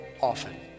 often